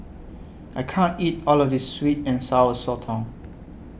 I can't eat All of This Sweet and Sour Sotong